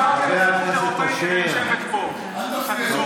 חבר הכנסת אשר, הוא רוצה להידמות אליהם כל הזמן.